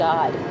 God